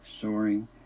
soaring